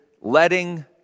letting